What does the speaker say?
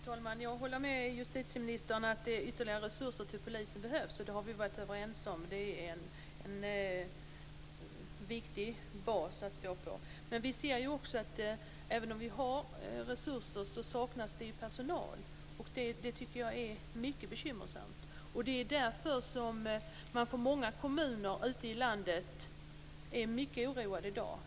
Fru talman! Jag håller med justitieministern om att det behövs ytterligare resurser till polisen. Det har vi varit överens om. Det är en viktig bas att stå på. Men vi ser också att det saknas personal även om vi har resurser. Det tycker jag är mycket bekymmersamt. Det är därför som man i många kommuner ute i landet är mycket oroad i dag.